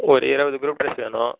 ஒரு இருவது group dress வேணும்